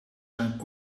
zijn